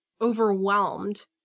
overwhelmed